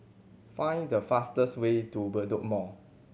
find the fastest way to Bedok Mall